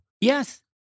Yes